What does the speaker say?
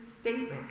statement